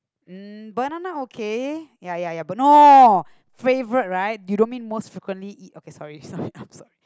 mm banana okay ya ya ya but no favourite right you don't mean most frequently eat okay sorry sorry I'm sorry